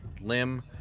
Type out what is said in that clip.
Lim